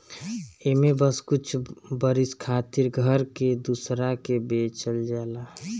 एमे बस कुछ बरिस खातिर घर के दूसरा के बेचल जाला